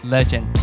Legend